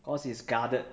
cause it's guarded